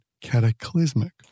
cataclysmic